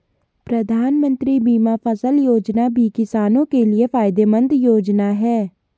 प्रधानमंत्री बीमा फसल योजना भी किसानो के लिये फायदेमंद योजना है